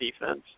defense